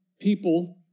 people